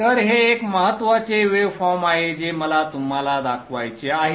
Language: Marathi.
तर हे एक महत्त्वाचे वेव फॉर्म आहे जे मला तुम्हाला दाखवायचे आहे